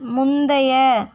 முந்தைய